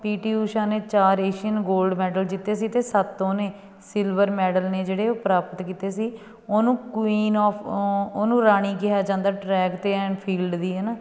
ਪੀ T Usha ਨੇ ਚਾਰ Asian gold medal ਜਿੱਤੇ ਸੀ ਅਤੇ ਸੱਤ ਉਹਨੇ ਸਿਲਵਰ ਮੈਡਲ ਨੇ ਜਿਹੜੇ ਉਹ ਪ੍ਰਾਪਤ ਕੀਤੇ ਸੀ ਉਹਨੂੰ ਕੁਈਨ ਔਫ ਓ ਉਹਨੂੰ ਰਾਣੀ ਕਿਹਾ ਜਾਂਦਾ ਟਰੈਕ ਅਤੇ ਐਂਡ ਫੀਲਡ ਦੀ ਹੈ ਨਾ